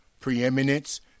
preeminence